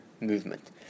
movement